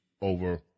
over